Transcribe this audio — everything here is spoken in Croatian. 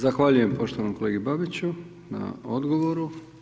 Zahvaljujem poštovanom kolegi Babiću na odgovoru.